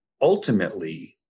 ultimately